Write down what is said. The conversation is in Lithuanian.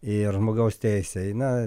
ir žmogaus teisei na